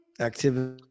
activity